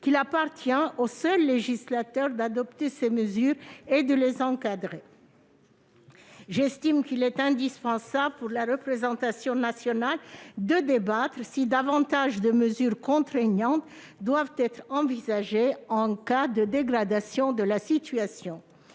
qu'il appartient au seul législateur d'adopter ces mesures et de les encadrer. J'estime qu'il est indispensable pour la représentation nationale de débattre afin de déterminer si davantage de mesures contraignantes doivent être envisagées en cas de dégradation de la situation.